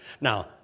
Now